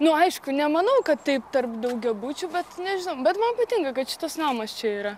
nu aišku nemanau kad tai tarp daugiabučių bet nežinau bet man patinka kad šitas namas čia yra